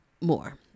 more